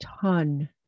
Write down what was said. ton